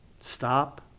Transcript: Stop